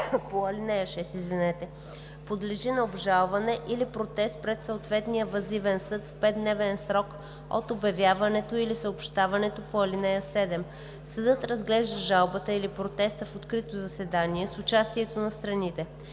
по ал. 6 подлежи на обжалване или протест пред съответния въззивен съд в 5-дневен срок от обявяването или съобщаването по ал. 7. Съдът разглежда жалбата или протеста в открито заседание с участието на страните.